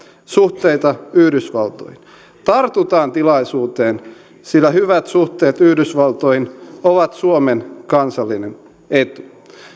suhteita yhdysvaltoihin tartutaan tilaisuuteen sillä hyvät suhteet yhdysvaltoihin ovat suomen kansallinen etu